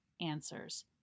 answers